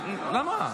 למה?